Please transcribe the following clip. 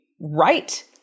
right